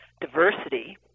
diversity